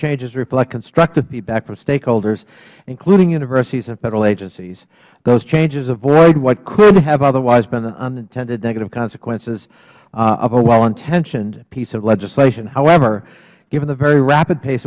changes reflect constructive feedback from stakeholders including universities and federal agencies those changes avoid what could have otherwise been an unintended negative consequences of a well intentioned piece of legislation however given the very rapid pace